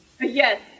yes